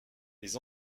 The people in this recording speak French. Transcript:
les